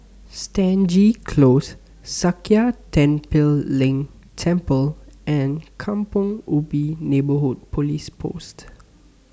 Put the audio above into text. Stangee Close Sakya Tenphel Ling Temple and Kampong Ubi Neighbourhood Police Post